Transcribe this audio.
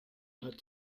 hat